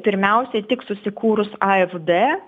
pirmiausiai tik susikūrus a ef d